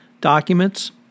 documents